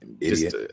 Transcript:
idiot